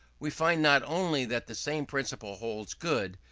we find not only that the same principle holds good,